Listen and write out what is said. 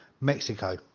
Mexico